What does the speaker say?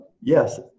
yes